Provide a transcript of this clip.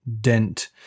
dent